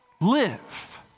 live